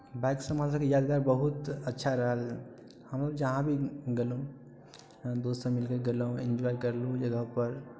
बाइकसँ हमरासभके यादगार बहुत अच्छा रहल हम जहाँ भी गेलहुँ दोस्तसभ सङ्ग मिलि कऽ गेलहुँ इन्जॉय कयलहुँ ओहि जगहपर